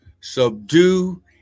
subdue